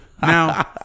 Now